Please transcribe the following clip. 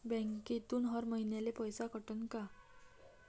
बँकेतून हर महिन्याले पैसा कटन का?